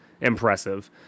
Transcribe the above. impressive